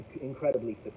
incredibly